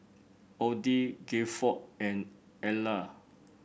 Odie Gilford and Ellar